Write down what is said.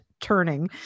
turning